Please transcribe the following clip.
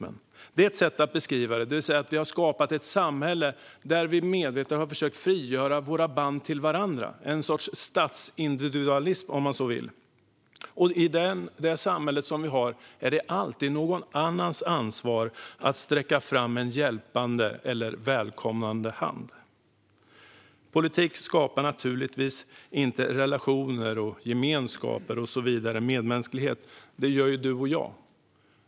Det är ett sätt att beskriva det, det vill säga att vi har skapat ett samhälle där vi medvetet har försökt frigöra våra band till varandra - en sorts statsindividualism, om man så vill. I det samhälle som vi har är det alltid någon annans ansvar att sträcka fram en hjälpande eller välkomnande hand. Politik skapar naturligtvis inte relationer, gemenskaper, medmänsklighet och så vidare; det gör du och jag.